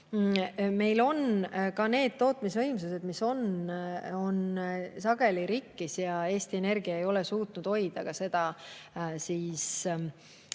Meil ka need tootmisvõimsused, mis on, on sageli rikkis. Eesti Energia ei ole suutnud hoida seda